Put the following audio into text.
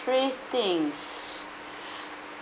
three things